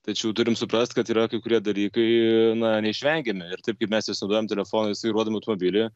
tačiau turim suprast kad yra kai kurie dalykai na neišvengiami ir taip kaip mes nesinaudojam telefonu vairuodami automobilį